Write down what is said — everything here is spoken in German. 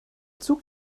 zug